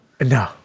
No